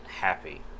happy